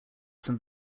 some